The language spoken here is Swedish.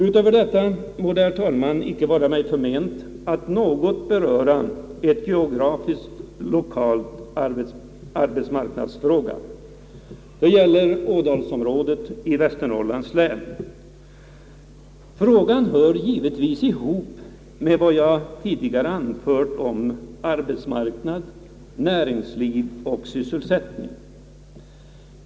Utöver det sagda må det, herr talman, inte vara mig förment att något beröra en geografisk lokal arbetsmarknadsfråga. Det gäller ådalsområdet i Västernorrlands län. Frågan hör givetvis ihop med vad jag tidigare anfört om arbetsmarknad, näringsliv och sysselsättning.